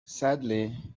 sadly